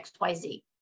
XYZ